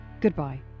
goodbye